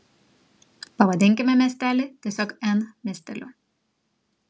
pavadinkime miestelį tiesiog n miesteliu